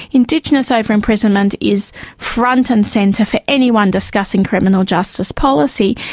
indigenous over-imprisonment is front and centre for anyone discussing criminal justice policy,